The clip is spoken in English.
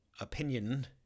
opinion